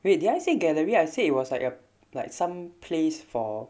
wait did I say gallery I said it was like a like some place for